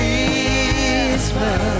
Christmas